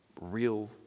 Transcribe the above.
real